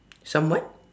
some what